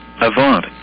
Avant